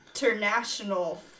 international